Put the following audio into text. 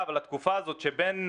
אבל הייתה התעקשות אמיתית לקיים אותו,